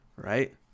Right